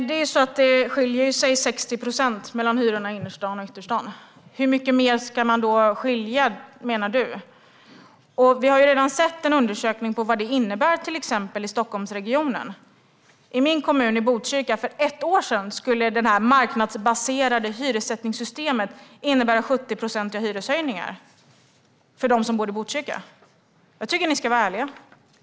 Herr talman! Det skiljer 60 procent mellan hyrorna i innerstan och hyrorna i ytterstan. Hur mycket mer menar du, Robert Hannah, att det ska skilja? Vi har redan sett en undersökning som visar vad det innebär till exempel i Stockholmsregionen. För ett år sedan skulle detta marknadsbaserade hyressättningssystem i min kommun Botkyrka innebära 70-procentiga hyreshöjningar för dem som bor där. Jag tycker att ni ska vara ärliga.